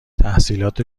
تحصیلات